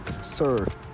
serve